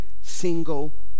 single